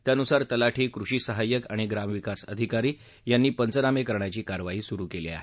त्यानुसार तलाठी कृषीसहाय्यक आणि ग्रामविकास अधिकारी यांनी पंचनामे करण्याची कारवाई सुरू केली आहे